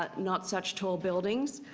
but not such tall buildings,